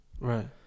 Right